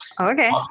Okay